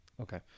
okay